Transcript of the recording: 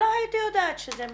לא הייתי יודעת שזה מתקיים,